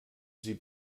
sie